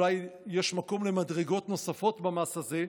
אולי יש מקום למדרגות נוספות במס הזה.